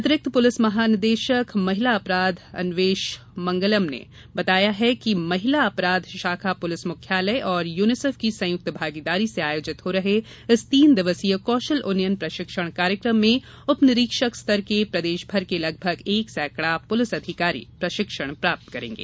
अतिरिक्त पुलिस महानिदेशक महिला अपराध अन्वेष मंगलम ने बताया कि महिला अपराध शाखा पुलिस मुख्यालय एवं यूनिसेफ की संयुक्त भागीदारी से आयोजित हो रहे इस तीन दिवसीय कौशल उन्नयन प्रशिक्षण कार्यक्रम में उपनिरीक्षक स्तर के प्रदेश भर के लगभग एक सैकड़ा पुलिस अधिकारी प्रशिक्षण प्राप्त करेगें